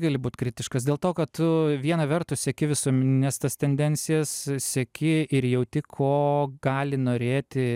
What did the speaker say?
gali būt kritiškas dėl to kad tu viena vertus seki visuomenines tas tendencijas seki ir jauti ko gali norėti